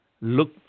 look